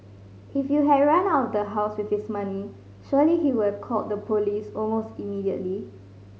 if you had run out of the house with his money surely he would have called the police almost immediately